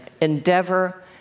endeavor